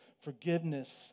forgiveness